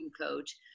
coach